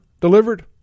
delivered